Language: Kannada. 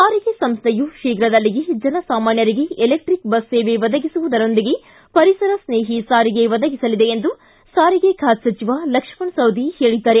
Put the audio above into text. ಸಾರಿಗೆ ಸಂಸ್ಥೆಯು ಶೀಘ್ರದಲ್ಲಿಯೇ ಜನ ಸಾಮಾನ್ವರಿಗೆ ಎಲೆಕ್ಟಿಕ್ ಬಸ್ ಸೇವೆ ಒದಗಿಸುವದರೊಂದಿಗೆ ಪರಿಸರ ಸ್ನೇಹಿ ಸಾರಿಗೆ ಒದಗಿಸಲಿದೆ ಎಂದು ಸಾರಿಗೆ ಖಾತೆ ಸಚಿವ ಲಕ್ಷ್ಮಣ ಸವದಿ ಹೇಳಿದ್ದಾರೆ